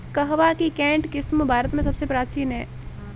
कहवा की केंट किस्म भारत में सबसे प्राचीन है